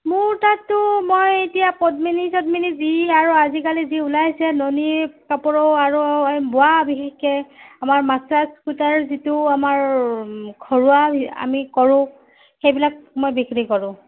মোৰ তাততো মই এতিয়া পদ্মিনী চদ্মিনী যি আৰু আজিকালি যি ওলাইছে নুনি কাপোৰো আৰু বোৱা বিশেষকৈ আমাৰ মাক্সাচ সূতাৰ যিটো আমাৰ ঘৰুৱা আমি কৰোঁ সেইবিলাক মই বিক্ৰী কৰোঁ